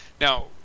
Now